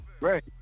right